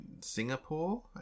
singapore